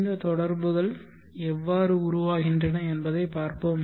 இந்த தொடர்புகள் எவ்வாறு உருவாகின்றன என்பதைப் பார்ப்போம்